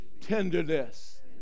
tenderness